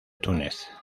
túnez